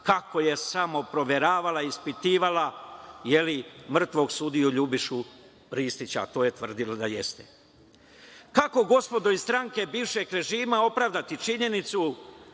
kako je samo proveravala, ispitivala mrtvog sudiju LJubišu Ristića, a to je tvrdila da jeste. Kako, gospodo iz stranke bivšeg režima, opravdati činjenicu,